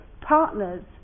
partners